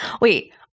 wait